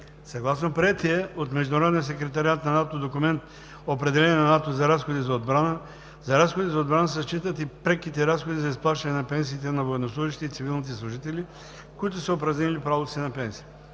Съгласно приетия от Международния секретариат на НАТО документ „Определение на НАТО за разходи за отбрана“ за разходи за отбрана се считат и преките разходи за изплащане на пенсиите на военнослужещите и цивилните служители, които са упражнили правото си на пенсия.